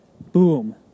Boom